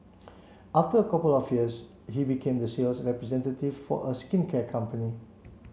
after a couple of years he became the sales representative for a skincare company